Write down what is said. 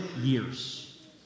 years